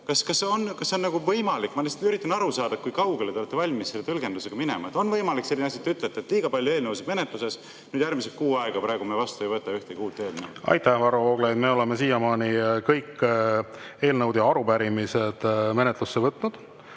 Kas see on võimalik? Ma lihtsalt üritan aru saada, kui kaugele te olete valmis selle tõlgendusega minema. Kas on võimalik selline asi, et te ütlete, et liiga palju eelnõusid on menetluses, nüüd järgmised kuu aega me ei võta vastu ühtegi uut eelnõu? Aitäh, Varro Vooglaid! Me oleme siiamaani kõik eelnõud ja arupärimised menetlusse võtnud.